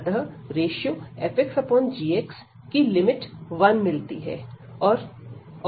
अतः ratio fxgx की limit 1 मिलती है